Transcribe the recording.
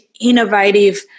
innovative